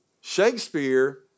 Shakespeare